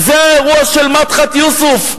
זה האירוע של מדחת יוסף.